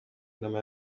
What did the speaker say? nama